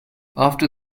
after